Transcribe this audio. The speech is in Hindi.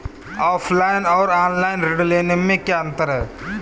ऑफलाइन और ऑनलाइन ऋण लेने में क्या अंतर है?